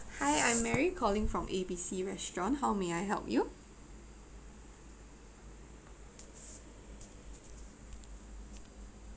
hi I'm mary calling from A_B_C restaurant how may I help you